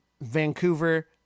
Vancouver